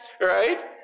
Right